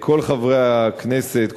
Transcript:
כל חברי הכנסת,